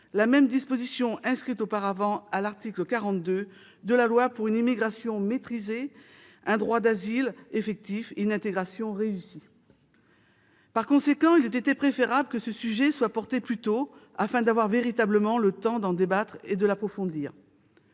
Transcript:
la même disposition inscrite auparavant à l'article 42 de la loi du 10 septembre 2018 pour une immigration maîtrisée, un droit d'asile effectif et une intégration réussie. Par conséquent, il eût été préférable que ce sujet soit étudié plus tôt, afin d'avoir véritablement le temps d'en débattre et de l'approfondir.